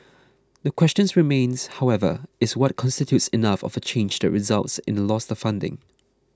the questions remains however is what constitutes enough of a change that results in a loss of funding